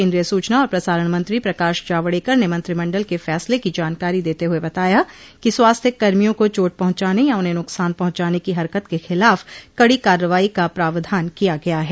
केन्द्रीय सूचना और प्रसारण मंत्री प्रकाश जावड़ेकर ने मंत्रिमंडल के फैसले की जानकारो देते हुए बताया कि स्वास्थ्य कर्मियों को चोट पहुंचाने या उन्हें नुकसान पहुंचाने की हरकत के खिलाफ कड़ी कार्रवाई का प्रावधान किया गया है